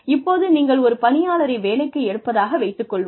இப்போது நீங்கள் ஒரு பணியாளரை வேலைக்கு எடுப்பதாக வைத்துக் கொள்வோம்